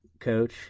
coach